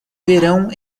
verão